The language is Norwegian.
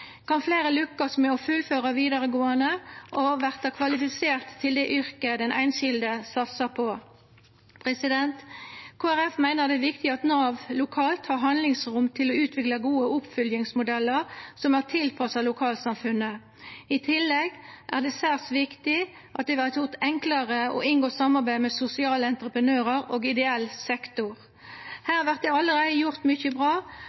kan fleire lukkast med å fullføra vidaregåande og verta kvalifisert til det yrket den einskilde satsar på. Kristeleg Folkeparti meiner det er viktig at Nav lokalt har handlingsrom til å utvikla gode oppfølgingsmodellar som er tilpassa lokalsamfunnet. I tillegg er det særs viktig at det vert gjort enklare å inngå samarbeid med sosiale entreprenørar og ideell sektor. Her vert det allereie gjort mykje bra,